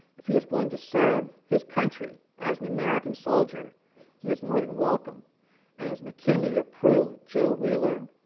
if he was willing to serve his country as an american soldiers he was more than welcome and it was mckinley that approved joe wheeler,